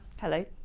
Hello